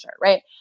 right